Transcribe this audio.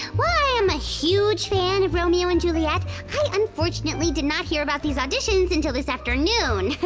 while i am a huge fan of romeo and juliet, i unfortunately did not hear about these auditions until this afternoon,